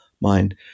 mind